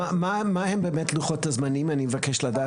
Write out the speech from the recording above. מה הם באמת לוחות הזמנים אני מבקש לדעת?